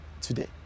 today